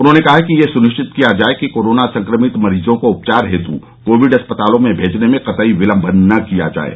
उन्होंने कहा कि यह सुनिश्चित किया जाये कि कोरोना संक्रमित मरीजों को उपचार हेतु कोविड अस्पतालों में भेजने में कतई विलम्ब न किया जाये